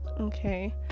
Okay